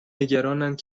نگرانند